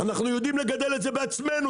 אנחנו יודעים לגדל את זה בעצמנו.